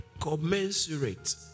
commensurate